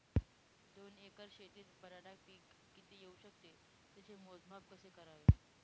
दोन एकर शेतीत बटाटा पीक किती येवू शकते? त्याचे मोजमाप कसे करावे?